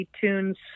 tunes